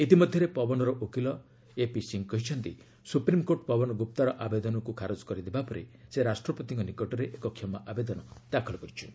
ଇତିମଧ୍ୟରେ ପବନର ଓକିଲ ଏପି ସିଂହ କହିଛନ୍ତି ସୁପ୍ରିମ୍କୋର୍ଟ ପବନ ଗୁପ୍ତାର ଆବେଦନକୁ ଖାରଜ କରିଦେବା ପରେ ସେ ରାଷ୍ଟ୍ରପତିଙ୍କ ନିକଟରେ ଏକ କ୍ଷମା ଆବେଦନ ଦାଖଲ କରିଚ୍ଛନ୍ତି